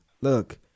look